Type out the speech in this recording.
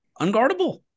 Unguardable